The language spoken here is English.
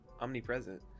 omnipresent